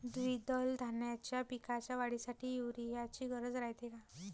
द्विदल धान्याच्या पिकाच्या वाढीसाठी यूरिया ची गरज रायते का?